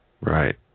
Right